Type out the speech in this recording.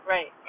Right